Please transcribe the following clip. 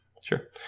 Sure